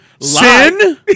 Sin